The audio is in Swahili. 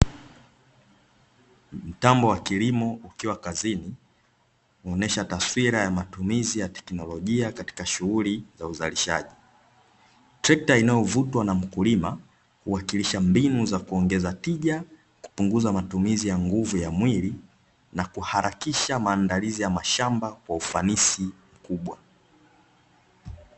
Mtambo wa kilimo ukiwa kazini, unaonyesha taswira ya matumizi ya teknolojia katika shughuli za uzalishaji. Trekta inayovutwa na mkulima huwakilisha mbinu za kuongeza tija, kupunguza matumizi ya nguvu ya mwili, na kuharakisha maandalizi ya mashamba kwa ufanisi mkubwa.